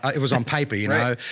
it was on paper, you know,